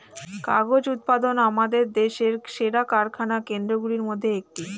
কাগজ উৎপাদন আমাদের দেশের সেরা কারখানা কেন্দ্রগুলির মধ্যে একটি